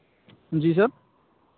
जी sir